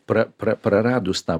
pra pra praradus tą